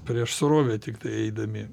prieš srovę tiktai eidami